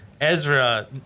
ezra